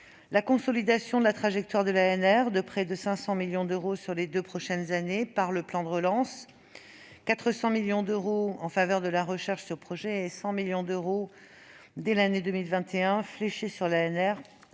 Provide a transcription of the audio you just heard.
la consolidation de la trajectoire de l'ANR, avec près de 500 millions d'euros sur les deux prochaines années prévus dans le plan de relance : 400 millions d'euros en faveur de la recherche sur projet et 100 millions d'euros, dès l'année 2021, qui seront fléchés sur l'ANR